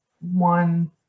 one